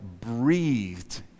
breathed